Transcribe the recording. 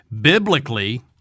Biblically